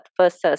versus